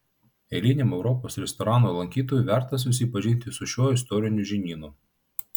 eiliniam europos restoranų lankytojui verta susipažinti su šiuo istoriniu žinynu